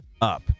up